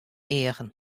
eagen